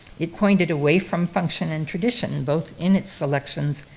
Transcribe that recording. it pointed away from function and tradition both in its selections,